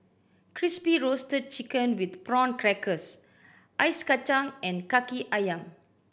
Crispy Roasted Chicken with Prawn Crackers Ice Kachang and Kaki Ayam